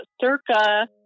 circa